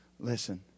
Listen